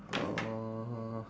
uh